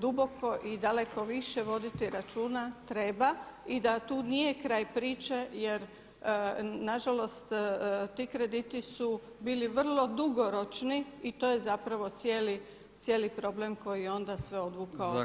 duboko i daleko više voditi računa treba i da tu nije kraj priče jer nažalost ti krediti su bili vrlo dugoročni i to je zapravo cijeli problem koji je onda sve odvukao u problem.